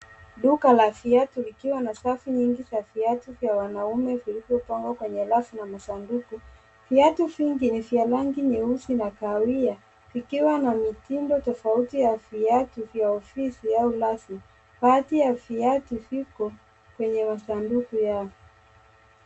Duka la viatu likiwa na safu nyingi za viatu za wanaume zilizopangwa kwenye rafu na masanduku. Viatu vingi ni vya rangi nyeusi na kahawia vikiwa na mitindo tofauti ya viatu vya ofisi au rasmi. Baadhi ya viatu viko kwenye kisanduku yao.